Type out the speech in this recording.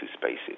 spaces